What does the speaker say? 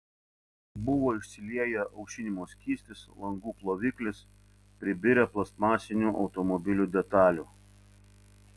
buvo išsilieję aušinimo skystis langų ploviklis pribirę plastmasinių automobilių detalių